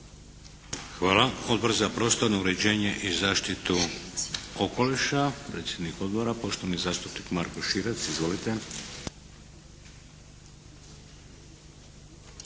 Hvala. Odbor za prostorno uređenje i zaštitu okoliša. Predsjednik odbora poštovani zastupnik Marko Širac. Izvolite.